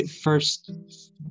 first